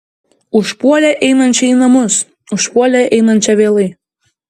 užpuolė einančią į namus užpuolė einančią vėlai